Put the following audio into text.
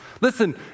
Listen